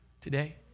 today